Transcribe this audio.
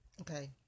okay